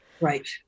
right